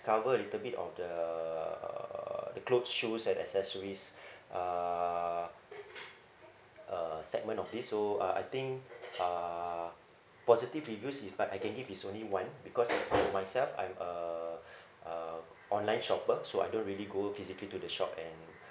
cover a little bit of the uh the clothes shoes and accessories uh a segment of this so uh I think uh positive reviews if I I can give is only one because myself I'm a uh online shopper so I don't really go physically to the shop and